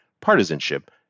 partisanship